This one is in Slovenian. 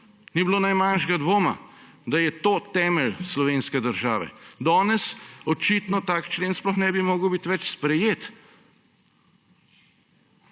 Ni bilo najmanjšega dvoma, da je to temelj slovenske države. Danes očitno tak člen sploh ne bi mogel biti več sprejet.